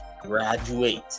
graduate